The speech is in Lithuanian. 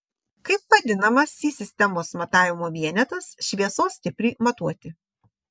kaip vadinamas si sistemos matavimo vienetas šviesos stipriui matuoti